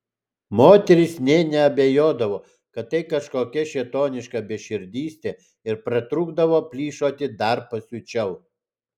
moterys nė neabejodavo kad tai kažkokia šėtoniška beširdystė ir pratrūkdavo plyšoti dar pasiučiau